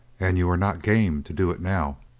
and you are not game to do it now,